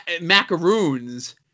macaroons